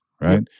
right